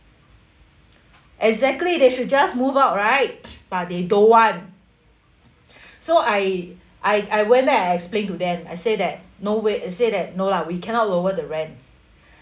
exactly they should just move out right but they don't want so I I I went back I explain to them I say that no wait I say that no lah we cannot lower the rent